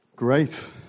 Great